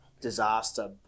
disaster